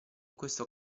questo